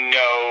no